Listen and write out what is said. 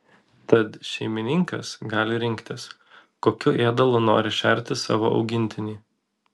tad šeimininkas gali rinktis kokiu ėdalu nori šerti savo augintinį